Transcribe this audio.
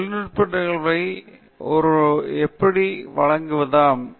நாங்கள் ஒரு தொழில்நுட்ப நிகழ்வை ஒரு நிகழ்வாகப் பற்றி பேசினோம் பத்திரிகைத் தாளில் இது எப்படி வேறுபடுகிறது